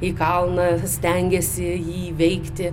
į kalną stengiasi jį įveikti